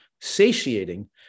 satiating